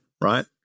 right